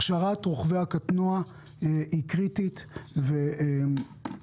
הכשרת רוכבי הקטנועים היא קריטית ואנחנו